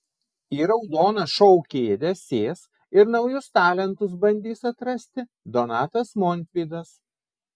į raudoną šou kėdę sės ir naujus talentus bandys atrasti donatas montvydas